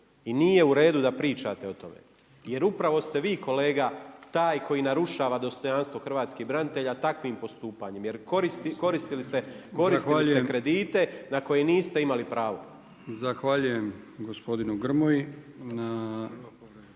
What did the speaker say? i nije uredu da pričate o tome jer upravo ste vi kolega taj koji narušava dostojanstvo hrvatskih branitelja takvim postupanjem jer koristile ste kredite na koje niste imali pravo. **Brkić, Milijan